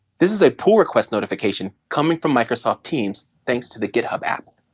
this is a pull request notification coming from microsoft teams, thanks to the github app.